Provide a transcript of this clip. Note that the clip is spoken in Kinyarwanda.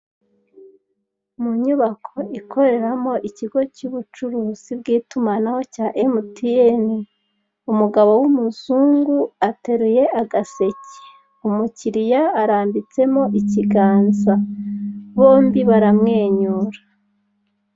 Inyubako ikoreramo ikigo cy'ubucuruzi bw'itumanaho cya emutiyeni. Umugabo w'umuzungu ateruye agaseke, umukiliya arambitsemo ikiganza bombi baramwenyura.